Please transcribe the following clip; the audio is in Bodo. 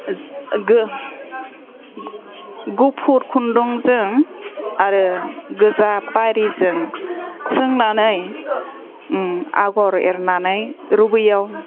गुफुर खुन्दुंजों आरो गोजा फारिजों सोंनानै आग'र एरनानै रुबैयाव